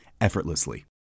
effortlessly